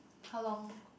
how long